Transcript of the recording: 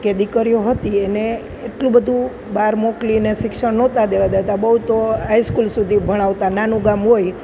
કે દીકરીઓ હતી એને એટલું બધું બહાર મોકલીને શિક્ષણ નહોતા દેવા દેતા બહુ તો હાઇસ્કૂલ સુધી ભણાવતાં નાનું ગામ હોય